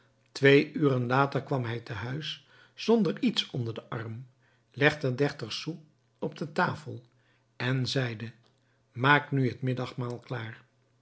twee uren later kwam hij te huis zonder iets onder den arm legde dertig sous op de tafel en zeide maak nu het middagmaal klaar